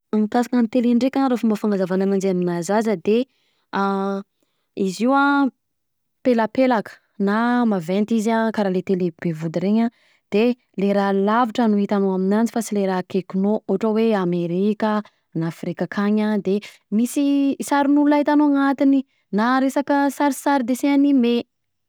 Mikasika ny télé ndreka raha fomba fanazavana anazy aminà zaza, de izy io an pelapelaka, na maventy izy an, karaha le télé be vody an, de le raha lavitra no hitanao aminanjy fa sy le raha akaikinao ohatra hoe: amerika, na afrika akany an, de misy sarin'olona hitanao anantiny, na resaka sarisary dessin animé.